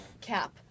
cap